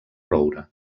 roure